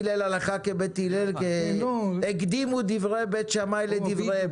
הרלב"ד ומתי תהיה התקדמות לבחירת מנכ"ל קבוע.